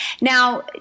Now